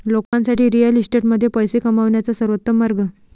लोकांसाठी रिअल इस्टेटमध्ये पैसे कमवण्याचा सर्वोत्तम मार्ग